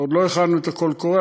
עוד לא הכנו את הקול הקורא.